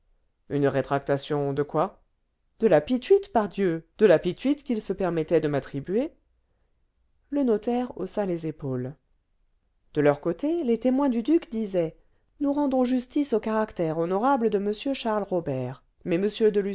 une rétractation de quoi de la pituite pardieu de la pituite qu'il se permettait de m'attribuer le notaire haussa les épaules de leur côté les témoins du duc disaient nous rendons justice au caractère honorable de m charles robert mais